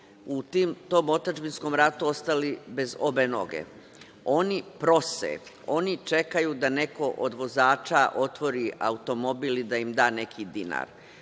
u tom otadžbinskom ratu ostali bez obe noge. Oni prose, oni čekaju da neko od vozača otvori automobil i da im da neki dinar. Ta